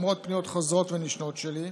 למרות פניות חוזרות ונשנות שלי.